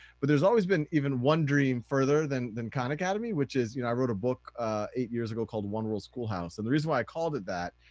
but there's always been even one dream further than than khan academy, which is, you know i wrote a book eight years ago called one world schoolhouse and the reason why i called it that,